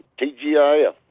TGIF